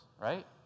right